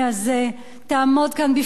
תעמוד כאן בפני המליאה,